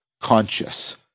conscious